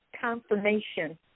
confirmation